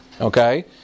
okay